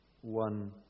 one